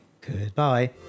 Goodbye